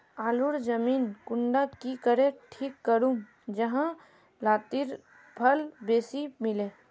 आलूर जमीन कुंडा की करे ठीक करूम जाहा लात्तिर फल बेसी मिले?